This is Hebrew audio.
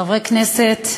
חברי הכנסת,